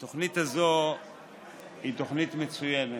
תוכנית מצוינת.